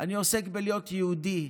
אני עוסק בלהיות יהודי,